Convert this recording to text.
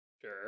Sure